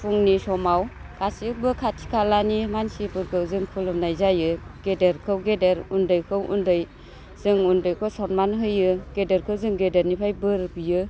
फुंनि समाव गासिबो खाथि खालानि मानसिफोरखौ जों खुलुमनाय जायो गेदेरखौ गेदेर उन्दैखौ उन्दै जों उन्दैखौ सनमान होयो गेदेरखौ गेदेरनिफ्राय बोर बियो